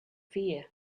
fear